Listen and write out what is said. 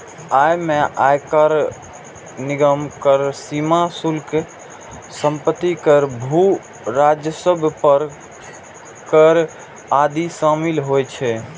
अय मे आयकर, निगम कर, सीमा शुल्क, संपत्ति कर, भू राजस्व पर कर आदि शामिल होइ छै